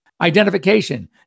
Identification